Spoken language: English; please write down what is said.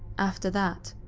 after that,